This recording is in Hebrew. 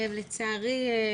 לצערי,